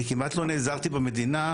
אני כמעט לא נעזרתי במדינה,